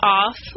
off